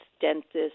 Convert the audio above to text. dentists